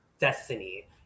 destiny